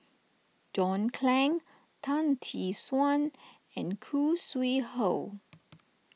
John Clang Tan Tee Suan and Khoo Sui Hoe